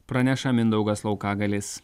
praneša mindaugas laukagalis